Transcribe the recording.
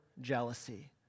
jealousy